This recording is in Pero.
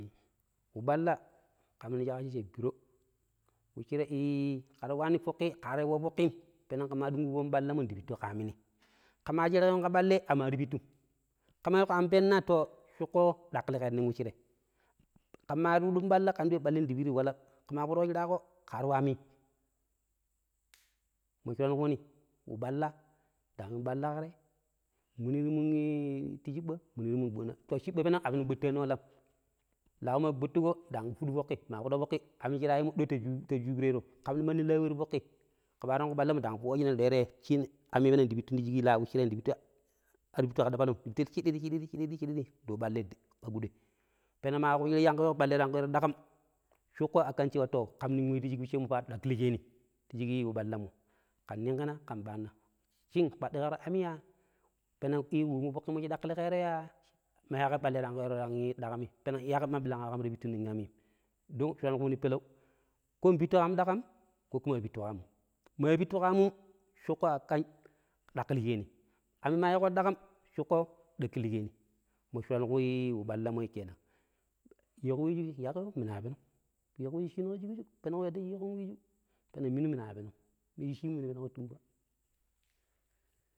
﻿Wu ɓalla kam shi ƙacci ka biro, wuccirei i ƙera waani fokki ƙa ta wa fokkim peneng ke maa dungku ƙon ɓallamo kera waani ndi pittu ka amni, ƙemaa sherkeeƙon ƙa ɓallai aami ar pittum. ƙe maa ani penna to shuƙƙo dakkilkeero nong wucirei. Ke maa ti fuɗi yun ɓalla ƙen ndi we ballai ndi pittu wala ke maa foɗo shiraa ƙo kaar wa aamim, ma shuran kuuni wa ɓalla dang yun ɓalla ka te nmuni ti cibba nmuni ti mun gbuɗɗina to, ciɓɓa peneg a pena gbuttaani walam. Laau maa gbuttuƙo dang fuɗu foƙƙi, maa foɗuƙo foƙƙi aam shita yeemmo doi ta shuuƙirero. Kam nong laa mandi la we ti fokki, ke maa tangko ɓallamo ƙen dang foojina ndang ruwero yei aami peneng ndi pittum ti shik laa wosshirei ar pittu ka ɗabalum ndi pittu shidir - shirdir - shidir ndi yu ballai ka kudoi. Peneng maa kushira shin ƙa weeko ballai tangƙo yuweero dakam shuƙƙo akan cewa to, kam ti shik wucemmo ta ɗaƙƙil ƙeeni ti shik wu ɓallammo, ƙen ningkina ƙen ɓaanna, shin, kpaɗɗikeero, aammi yaa peneng womo wu foƙƙi mo shi daƙƙiliƙeeroya ɗima yaƙhai ɓalai tangƙo tang yuweero daƙami, peneng dima yaƙhai ɓirang akam ta pittu nong aamim? don shuraan kuuni peleu, ko npittu ƙa aam dakam ko kuma a pittu ka amum. Maa pittu ƙa aamum, shuƙƙo aƙam ɗaƙƙilikeeni. Aami maa yiiƙon dakam shuƙƙo a ƙan ɗakkilikeeni, mo shuran kui wu ballamoi ke nan. Yiiko wiiju yaƙhai yoo, minu a penom. Yiiko wiiju shinu ka shikju peneƙo yadda shi yiikon wiiju peneng minu minu a penom shiimum minu penuƙo tumba.